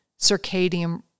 circadian